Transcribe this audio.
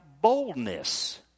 boldness